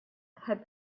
had